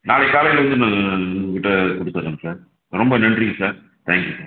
நாளைக்கு காலையில் வந்து நான் உங்கள்க்கிட்ட கூட்டிகிட்டு வரேங்க சார் ரொம்ப நன்றிங்க சார் தேங்க் யூ சார்